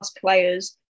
players